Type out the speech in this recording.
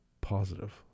positive